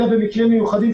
אלא במקרים מיוחדים.